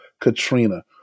Katrina